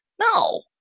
No